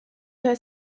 her